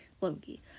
Loki